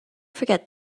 forget